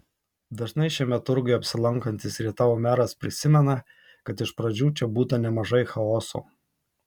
dažnai šiame turguje apsilankantis rietavo meras prisimena kad iš pradžių čia būta nemažai chaoso